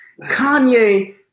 Kanye